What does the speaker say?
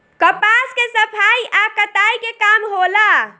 कपास के सफाई आ कताई के काम होला